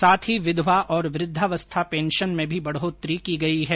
साथ ही विधवा और वृद्धावस्था पेंशन में भी बढ़ोतरी की गई है